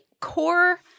core